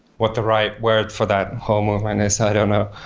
what the right word for that whole movement is, i don't know.